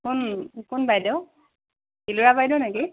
কোন কোন বাইদেউ ইলোৰা বাইদেউ নেকি